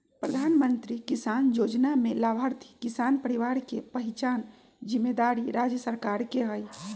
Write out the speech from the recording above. प्रधानमंत्री किसान जोजना में लाभार्थी किसान परिवार के पहिचान जिम्मेदारी राज्य सरकार के हइ